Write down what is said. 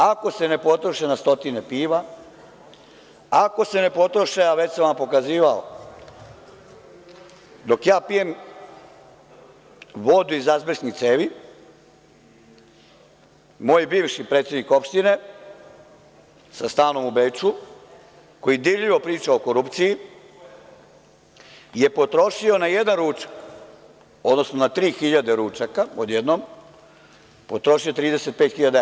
Ako se ne potroše na stotine piva, ako se ne potroše, a već sam vam pokazivao, dok ja pijem vodu iz azbestnih cevi, moj bivši predsednik opštine, sa stanom u Beču, koji dirljivo priča o korupciji, je potrošio na jedan ručak, odnosno na tri hiljade ručaka odjednom, 35 hiljada evra.